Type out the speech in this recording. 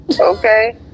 Okay